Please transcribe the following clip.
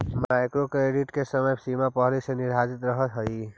micro credit के समय सीमा पहिले से निर्धारित रहऽ हई